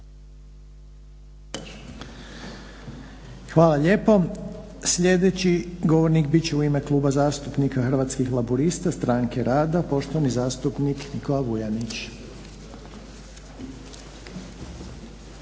Hvala lijepo. Sljedeći govornik bit će u ime Kluba zastupnika Hrvatskih laburista Stranke rada poštovani zastupnik Nikola Vuljanić.